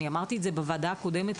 אמרתי את זה בוועדה הקודמת,